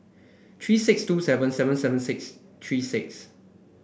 three six two seven seven seven six three six